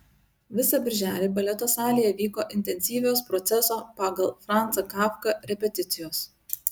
visą birželį baleto salėje vyko intensyvios proceso pagal franzą kafką repeticijos